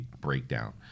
breakdown